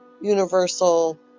universal